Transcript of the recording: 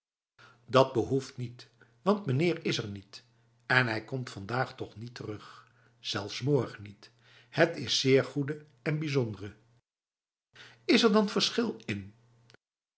dat behoeft niet want meneer is er niet en hij komt vandaag toch niet terug zelfs morgen niet het is zeer goede en bijzondere is er dan verschil in